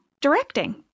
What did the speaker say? directing